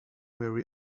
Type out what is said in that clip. where